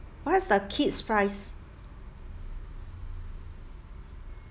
what's the kid's price